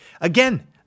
Again